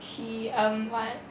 she um what